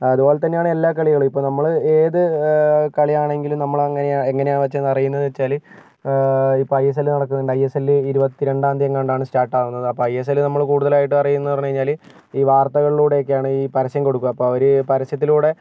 അതു പോലെ തന്നെയാണ് ഇപ്പോൾ എല്ലാ കളികളും ഇപ്പോൾ നമ്മൾ ഏത് കളിയാണെങ്കിലും നമ്മളെങ്ങനെയാണ് അറിയുന്നതെന്ന് വെച്ചാൽ ഇപ്പോൾ ഐ എസ് എൽ നടക്കുന്നുണ്ട് ഐ എസ് എൽ ഇരുപത്തി രണ്ടാം തീയ്യതി എങ്ങാണ്ടോ ആണ് സ്റ്റാർട്ടാവുന്നത് അപ്പോൾ ഐ എസ് എൽ നമ്മൾ കൂടുതലായിട്ട് അറിയുന്നതെന്ന് പറഞ്ഞ് കഴിഞ്ഞാൽ ഈ വാർത്തകളിലൂടെയൊക്കെയാണ് ഈ പരസ്യം കൊടുക്കുക അപ്പം അവർ ഈ പരസ്യത്തിലൂടെ